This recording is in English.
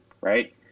right